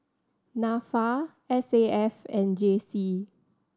Nafa S A F and J C